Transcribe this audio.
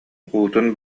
уутун